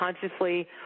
consciously